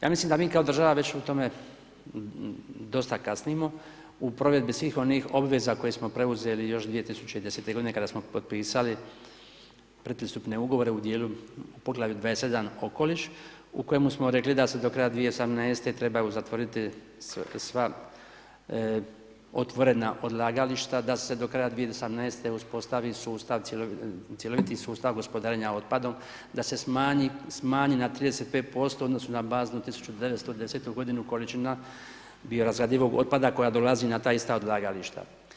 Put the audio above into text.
Ja mislim da mi kao država već u tome dosta kasnimo, u provedbi svih onih obveza koje smo preuzeli još 2010. godine kada smo potpisali pretpristupne ugovore u dijelu 27. okoliš u kojemu smo rekli da se do kraja 2018. trebaju zatvoriti sva otvorena odlagališta da se do kraja 2018. uspostavi sustav, cjeloviti sustav gospodarenja otpadom, da se smanji na 35% u odnosu na baznu ... godinu količina biorazgradivog otpada koja dolazi na ta ista odlagališta.